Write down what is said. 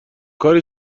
کاری